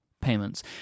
payments